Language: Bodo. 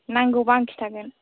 नांगौबा आं खिथागोन